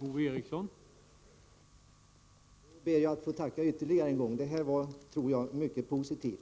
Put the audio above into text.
Herr talman! Det här var mycket positivt,